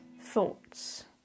thoughts